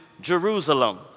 Jerusalem